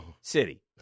city